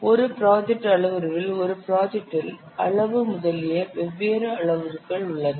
ஒரு ப்ராஜெக்ட் அளவுருவில் ஒரு ப்ராஜெக்டில் அளவு முதலிய வெவ்வேறு அளவுருக்கள் உள்ளன